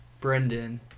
Brendan